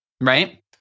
right